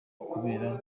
kubera